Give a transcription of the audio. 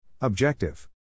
Objective